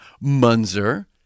Munzer